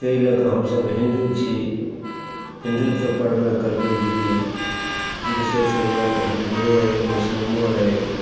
तै लऽ कऽ हमसब हिन्दू छी हिन्दुत्वपर मे कहलकै जे कि विशेष हिन्दुओ हय मुस्लिमो हय